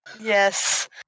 Yes